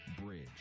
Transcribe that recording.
Bridge